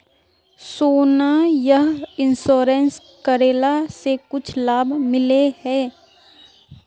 सोना यह इंश्योरेंस करेला से कुछ लाभ मिले है?